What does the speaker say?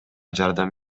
жардам